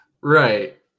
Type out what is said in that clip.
Right